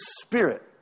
spirit